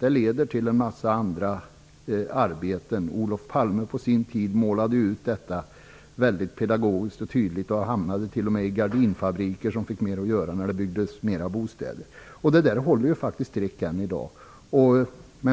Det leder till en mängd andra arbeten. Olof Palme målade på sin tid ut detta mycket pedagogiskt och tydligt. Han talade t.o.m. om att gardinfabrikerna får mera att göra när det byggs flera bostäder. Detta resonemang håller faktiskt streck än i dag.